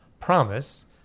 promise